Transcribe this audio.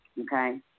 okay